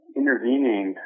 intervening